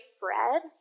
bread